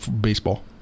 baseball